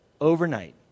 overnight